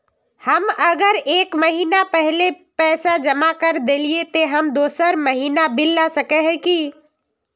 हम अगर एक महीना पहले पैसा जमा कर देलिये ते हम दोसर महीना बिल ला सके है की?